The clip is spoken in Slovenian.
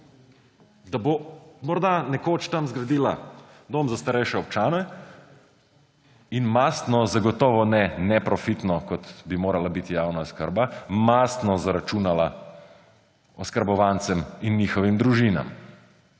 da bo morda nekoč tam zgradila dom za starejše občane in mastno, zagotovo ne neprofitno, kot bi morala biti javna oskrba, zaračunala oskrbovancem in njihovim družinam.